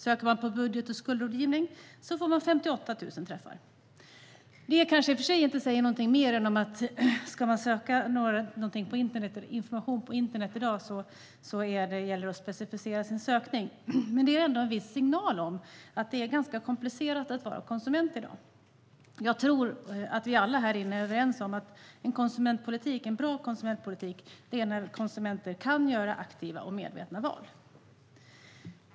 Söker man på budget och skuldrådgivning får man 58 000 träffar. Det kanske i och för sig inte säger något mer än att om man ska söka information på internet i dag gäller det att specificera sin sökning. Men det ger ändå en viss signal om att det är ganska komplicerat att vara konsument i dag. Jag tror att vi alla härinne är överens om att en bra konsumentpolitik är när vi konsumenter kan göra aktiva och medvetna val.